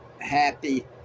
happy